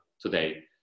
today